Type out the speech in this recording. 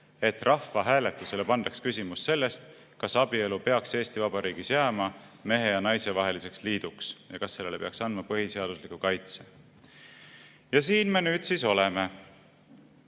et rahvahääletusele pandaks küsimus sellest, kas abielu peaks Eesti Vabariigis jääma mehe ja naise vaheliseks liiduks ja kas sellele peaks andma põhiseadusliku kaitse. Ja siin me nüüd siis oleme.